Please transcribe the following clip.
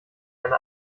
eine